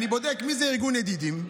ואני בודק: מי זה ארגון ידידים?